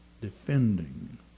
defending